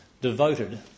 devoted